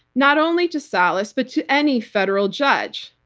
not only to salas but to any federal judge.